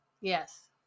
Yes